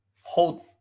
Hold